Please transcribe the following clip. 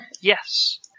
Yes